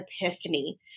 epiphany